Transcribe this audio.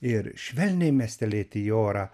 ir švelniai mestelėti į orą